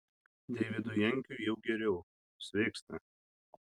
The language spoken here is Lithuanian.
deividui jankiui jau geriau sveiksta